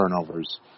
turnovers